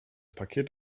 paket